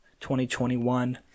2021